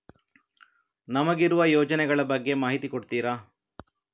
ನಮಗಿರುವ ಯೋಜನೆಗಳ ಬಗ್ಗೆ ಮಾಹಿತಿ ಕೊಡ್ತೀರಾ?